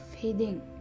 feeding